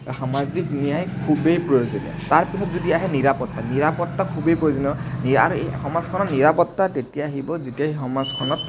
সামাজিক ন্যায় খুবেই প্ৰয়োজনীয় তাৰ পিছত যদি আহে নিৰাপত্তা নিৰাপত্তা খুবেই প্ৰয়োজনীয় আৰু এই সমাজখনত নিৰাপত্তা তেতিয়া আহিব যেতিয়া সমাজখনত